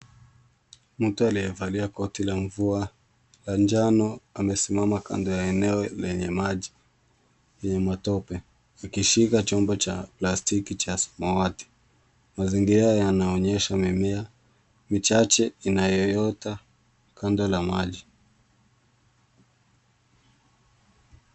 Mtu aliyevalia koti la mvua ya njano amesimama kando ya eneo lenye maji yenye matope akishika chombo cha plastiki cha samawati. Mazingira yanaonyesha mimea michache inayoota kando la maji.